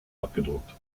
abgedruckt